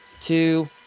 two